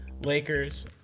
Lakers